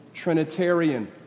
Trinitarian